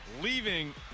leaving